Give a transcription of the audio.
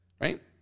right